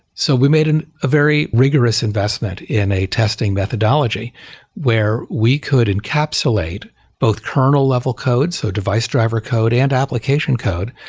so we made a very rigorous investment in a testing methodology where we could encapsulate both kernel level codes, so device driver code and application code,